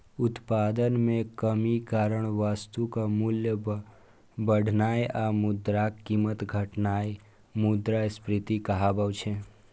उत्पादन मे कमीक कारण वस्तुक मूल्य बढ़नाय आ मुद्राक कीमत घटनाय मुद्रास्फीति कहाबै छै